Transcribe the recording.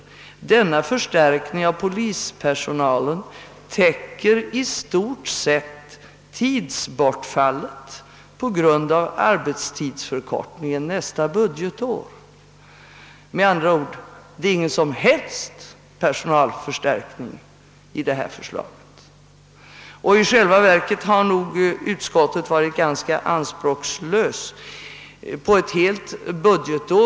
Denna förstärkning av polispersonalen täcker i stort sett tidsbortfallet på grund av arbetstidsförkortningen nästa budgetår.» Med andra ord, det blir ingen som helst polisförstärkning enligt detta förslag. I själva verket har nog utskottet varit ganska anspråkslöst.